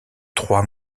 trois